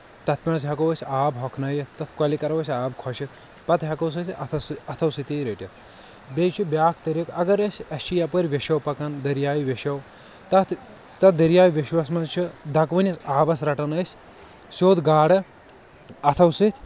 تتھ منٛز ہیٚکو أسۍ آب ہۄکھنٲیتھ تتھ کۄلہِ کرو أسۍ آب خۄشک پتہٕ ہیٚکوس أسۍ اتھو سۭتی رٔٹِتھ بییٚہِ چھُ بیاکھ طریٖقہٕ اسہِ چھِ یپٲرۍ ویٚشو پکان دریاے ویٚشو تتھ دریاے ویٚشوس منٛز چھِ دکوٕنس آبس رٹان أسۍ سیٚود گاڈٕ اتھو سۭتۍ